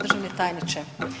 Državni tajniče.